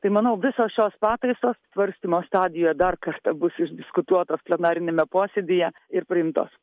tai manau visos šios pataisos svarstymo stadijoje dar kartą bus išdiskutuotos plenariniame posėdyje ir priimtos